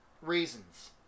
Reasons